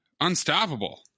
unstoppable